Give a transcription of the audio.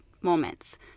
moments